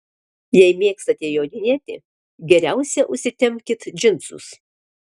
jei mėgstate jodinėti geriausia užsitempkit džinsus